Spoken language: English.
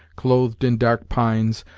clothed in dark pines,